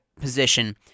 position